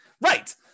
Right